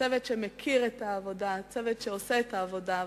צוות שמכיר את העבודה, צוות שעושה את העבודה.